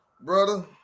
brother